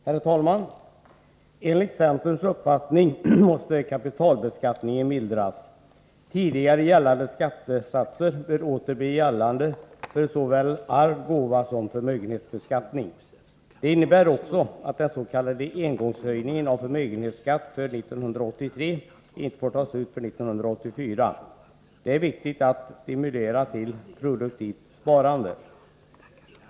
Herr talman! Enligt centerns uppfattning måste kapitalbeskattningen mildras. Tidigare gällande skattesatser bör åter bli gällande för såväl arvsoch gåvosom förmögenhetsbeskattning. Det innebär också att den s.k. engångshöjningen av förmögenhetsskatten för 1983 inte får tas ut 1984. Det är viktigt att stimulera till produktivt sparande.